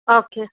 okay